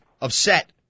upset